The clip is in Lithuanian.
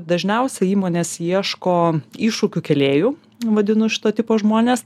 dažniausia įmonės ieško iššūkių kėlėjų vadinu šito tipo žmonės